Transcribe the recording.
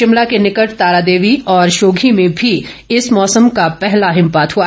शिमला के निकट तारादेवी और भाोघी में भी इस मौसम का पहला हिमपात हुआ